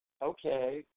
okay